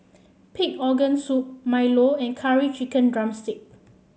Pig Organ Soup Milo and Curry Chicken drumstick